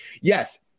yes